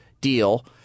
deal